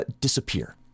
disappear